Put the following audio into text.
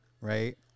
right